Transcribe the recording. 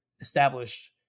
established